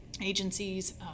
agencies